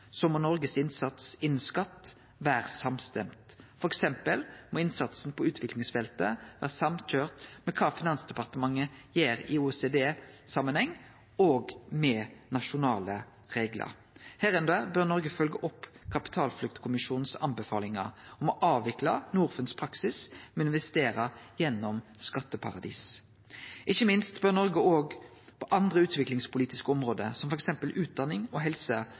Noregs innsats innanfor skatt må vere samstemt. For eksempel må innsatsen på utviklingsfeltet vere samkjørt med kva Finansdepartementet gjer i OECD-samanheng og med nasjonale reglar. Her bør Noreg følgje opp kapitalfluktkommisjonens anbefalingar om å avvikle Norfunds praksis med å investere gjennom skatteparadis. Ikkje minst bør Noreg òg på andre utviklingspolitiske område, som f.eks. utdanning og helse,